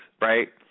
right